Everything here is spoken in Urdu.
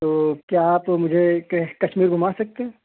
تو کیا آپ مجھے کشمیر گھما سکتے ہیں